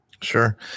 Sure